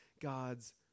God's